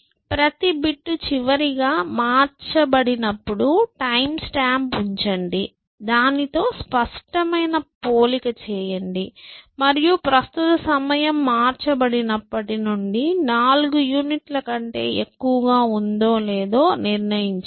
ప్రతి బిట్ చివరిగా మార్చబడినప్పుడు టైమ్ స్టాంప్ ఉంచండి దానితో స్పష్టమైన పోలిక చేయండి మరియు ప్రస్తుత సమయం మార్చబడినప్పటి నుండి నాలుగు యూనిట్ల కంటే ఎక్కువగా ఉందో లేదో నిర్ణయించండి